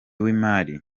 w’imari